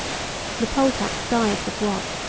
the poll-tax died with wat.